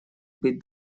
быть